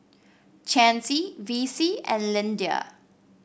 Chancey Vicie and Lyndia